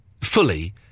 fully